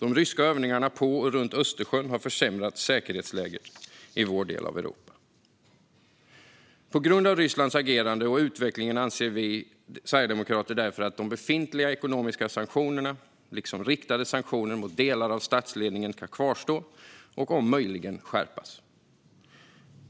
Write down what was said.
De ryska övningarna på och runt Östersjön har försämrat säkerhetsläget i vår del av Europa. På grund av Rysslands agerande och utveckling anser vi Sverigedemokrater därför att de befintliga ekonomiska sanktionerna, liksom de riktade sanktionerna mot delar av statsledningen, ska kvarstå och om möjligt skärpas.